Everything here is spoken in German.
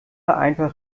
einfach